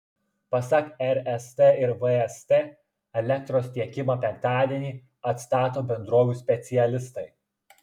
pasak rst ir vst elektros tiekimą penktadienį atstato bendrovių specialistai